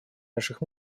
наших